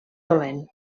dolent